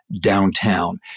downtown